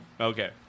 Okay